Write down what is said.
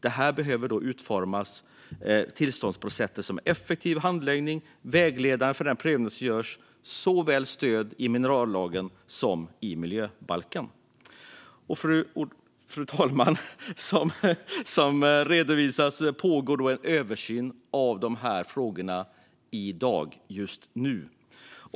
Då behöver det utformas tillståndsprocesser och en effektiv handläggning som är vägledande för den prövning som görs med stöd såväl i minerallagen som i miljöbalken. Fru talman! Som redovisats pågår en översyn av dessa frågor just nu.